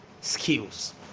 skills